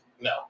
No